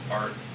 art